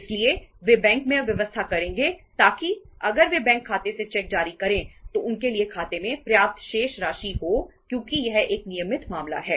इसलिए वे बैंक में व्यवस्था करेंगे ताकि अगर वे बैंक खाते से चेक जारी करें तो उनके लिए खाते में पर्याप्त शेष राशि हो क्योंकि यह एक नियमित मामला है